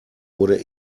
wurde